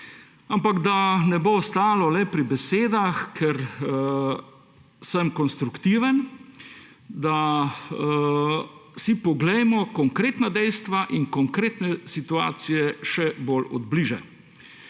Ampak da ne bo ostalo le pri besedah, ker sem konstruktiven, si poglejmo konkretna dejstva in konkretne situacije še od bližje.